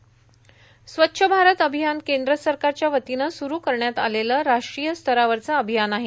स्वच्छ भारत अभियान केंद्र सरकारच्या वतीनं सुरू करण्यात आलेलं राष्ट्रीय स्तरावरच अभियान आहे